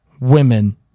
women